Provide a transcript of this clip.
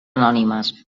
anònimes